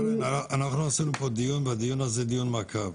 קרן, אנחנו עשינו פה דיון והדיון זה דיון מעקב.